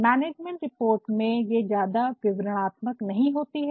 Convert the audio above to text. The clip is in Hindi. मैनेजमेंट रिपोर्ट में ये ज्यादा विवरणात्मक नहीं होती है